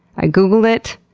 i googled it.